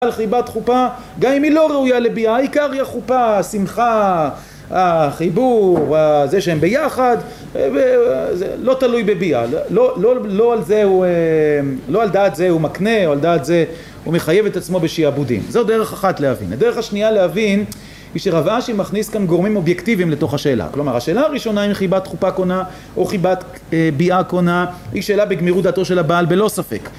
על חיבת חופה, גם אם היא לא ראויה לביאה, העיקר היא החופה, השמחה, החיבור, זה שהם ביחד זה לא תלוי בביאה, לא על דעת זה הוא מקנה או על דעת זה הוא מחייב את עצמו בשיעבודים, זו דרך אחת להבין. הדרך השנייה להבין, היא שרב אשי מכניס כאן גורמים אובייקטיביים לתוך השאלה. כלומר, השאלה הראשונה אם היא חיבת חופה קונה או חיבת ביאה קונה, היא שאלה בגמירות דתו של הבעל בלא ספק